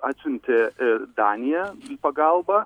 atsiuntė ir danija į pagalbą